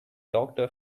doctor